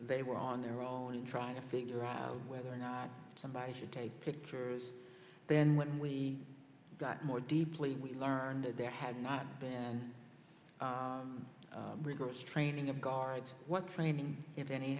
they were on their own trying to figure out whether or not somebody should take pictures then when we got more deeply we learned that there had not been rigorous training of guards what flaming if any